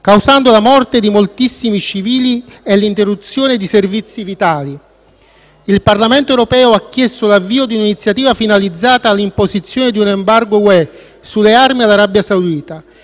causando la morte di moltissimi civili e l'interruzione di servizi vitali. Il Parlamento europeo ha chiesto l'avvio di un'iniziativa finalizzata all'imposizione di un embargo dell'Unione europea sulle armi all'Arabia saudita,